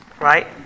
Right